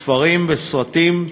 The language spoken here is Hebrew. ספרים וסרטים,